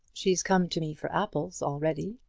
she'll come to me for apples already.